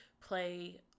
play